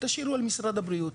תשאירו למשרד הבריאות,